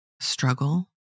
struggle